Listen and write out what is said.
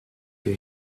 you